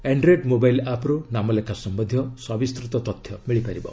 Android mobile ଆପ୍ରୁ ନାମଲେଖା ସମ୍ବନ୍ଧୀୟ ସବିସ୍ତୃତ ତଥ୍ୟ ମିଳିପାରିବ